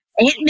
Aunt